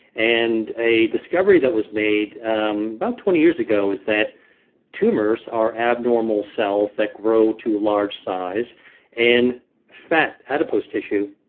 and a discovery that was made about twenty years ago was that tumors are abnormal cells that grow to a large size and fat, adipose tissue,